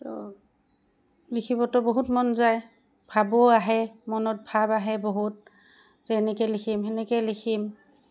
তো লিখিবতো বহুত মন যায় ভাবো আহে মনত ভাৱ আহে বহুত যে এনেকৈ লিখিম তেনেকৈ লিখিম